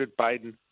Biden